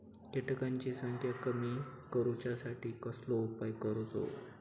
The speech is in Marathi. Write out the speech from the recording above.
किटकांची संख्या कमी करुच्यासाठी कसलो उपाय करूचो?